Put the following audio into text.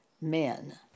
men